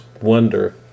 wonder